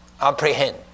apprehend